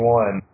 one